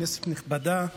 כנסת נכבדה,